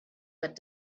that